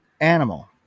Animal